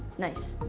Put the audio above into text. nice.